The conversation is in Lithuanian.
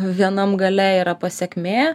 vienam gale yra pasekmė